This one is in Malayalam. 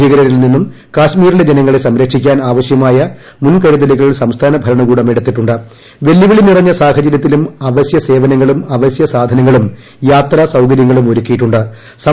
ഭീകരരിൽ നിന്നൂം കശ്മീരിലെ ജനങ്ങളെ സംരക്ഷിക്കാൻ അവശ്യമായ മുൻകരൂതലുകൾ സംസ്ഥാന ഭരണകൂടം എടുത്തിട്ടു വെല്ലുവിളിനീറഞ്ഞ് ആവശ്യസേവനങ്ങളും അവശ്യ സാധ്നങ്ങളും യാത്രാ സൌകര്യങ്ങളും ഒരുക്കിയിട്ടു ്